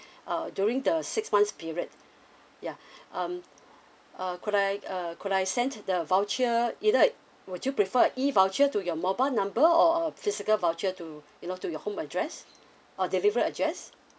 uh during the six month period yeah um uh could I uh could I send the voucher either would you prefer E voucher to your mobile number or a physical voucher to you know to your home address or deliver address